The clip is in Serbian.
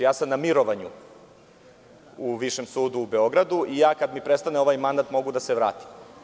Ja sam na mirovanju u Višem sudu u Beogradu i kada mi prestane ovaj mandat mogu da se vratim.